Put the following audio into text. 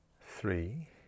three